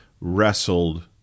wrestled